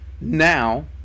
now